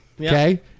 Okay